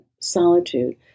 solitude